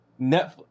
Netflix